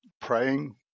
praying